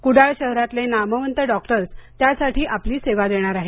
कुडाळ शहरातले नामवंत डॉक्टर्स त्यासाठी आपली सेवा देणार आहेत